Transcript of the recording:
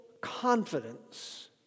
confidence